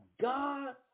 God